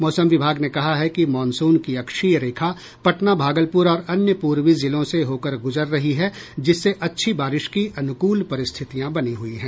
मौसम विभाग ने कहा है कि मॉनसून की अक्षीय रेखा पटना भागलपुर और अन्य पूर्वी जिलों से होकर गुजर रही है जिससे अच्छी बारिश की अनुकूल परिस्थितियां बनी हुई हैं